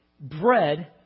bread